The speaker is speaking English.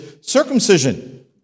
circumcision